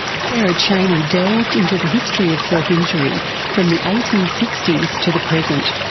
sarah chaney delved into the history of self-injury from the eighteen sixty s to the present,